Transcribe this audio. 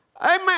Amen